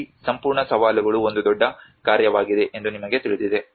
ಈ ಸಂಪೂರ್ಣ ಸವಾಲುಗಳು ಒಂದು ದೊಡ್ಡ ಕಾರ್ಯವಾಗಿದೆ ಎಂದು ನಿಮಗೆ ತಿಳಿದಿದೆ